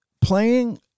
Playing